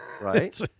Right